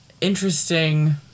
interesting